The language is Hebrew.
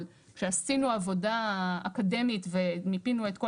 אבל כשעשינו עבודה אקדמית ומיפינו את כל